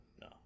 No